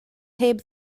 heb